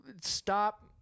stop –